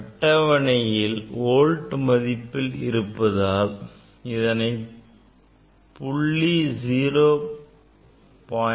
அட்டவணை வோல்ட் மதிப்பில் இருப்பதால் இதனை புள்ளி 0